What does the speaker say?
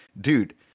dude